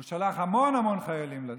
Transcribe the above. הוא שלח המון המון חיילים לצבא.